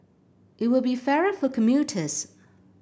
it will be fairer for commuters